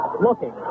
Looking